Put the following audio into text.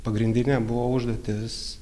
pagrindinė buvo užduotis